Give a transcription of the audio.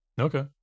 Okay